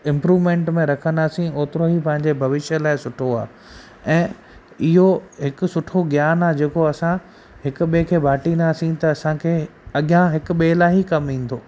improvement में रखंदासीं ओतिरो ई पंहिंजे भविष्य लाइ सुठो आहे ऐं इहो हिकु सुठो ज्ञान आहे जेको असां हिकु ॿिएं खे बाटींदासीं त असांखे अॻियां हिकु ॿिएं लाए ई कमु ईंदो